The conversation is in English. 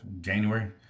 January